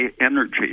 energy